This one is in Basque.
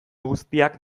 guztiak